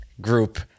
Group